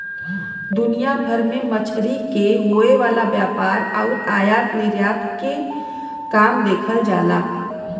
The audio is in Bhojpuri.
दुनिया भर में मछरी के होये वाला व्यापार आउर आयात निर्यात के काम देखल जाला